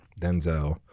Denzel